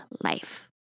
life